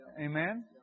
Amen